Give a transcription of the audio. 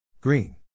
Green